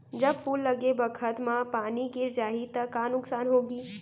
जब फूल लगे बखत म पानी गिर जाही त का नुकसान होगी?